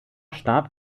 starb